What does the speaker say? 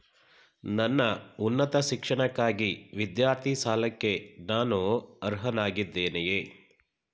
ನನ್ನ ಉನ್ನತ ಶಿಕ್ಷಣಕ್ಕಾಗಿ ವಿದ್ಯಾರ್ಥಿ ಸಾಲಕ್ಕೆ ನಾನು ಅರ್ಹನಾಗಿದ್ದೇನೆಯೇ?